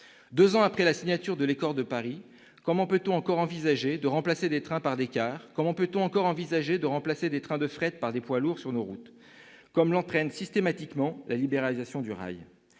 Deux ans après la signature de l'accord de Paris, comment peut-on encore envisager de remplacer des trains par des cars ? Comment peut-on encore envisager de remplacer des trains de fret par des poids lourds sur nos routes, conséquence systématique de la libéralisation du rail ?